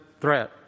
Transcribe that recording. threat